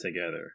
together